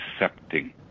accepting